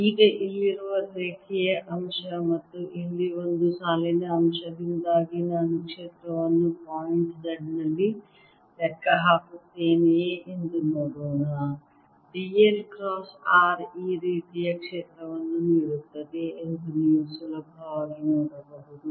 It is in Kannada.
ಈಗ ಇಲ್ಲಿರುವ ರೇಖೆಯ ಅಂಶ ಮತ್ತು ಇಲ್ಲಿ ಒಂದು ಸಾಲಿನ ಅಂಶದಿಂದಾಗಿ ನಾನು ಕ್ಷೇತ್ರವನ್ನು ಪಾಯಿಂಟ್ z ನಲ್ಲಿ ಲೆಕ್ಕ ಹಾಕುತ್ತೇವೆಯೇ ಎಂದು ನೋಡೋಣ d l ಕ್ರಾಸ್ r ಈ ರೀತಿಯ ಕ್ಷೇತ್ರವನ್ನು ನೀಡುತ್ತದೆ ಎಂದು ನೀವು ಸುಲಭವಾಗಿ ನೋಡಬಹುದು